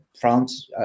France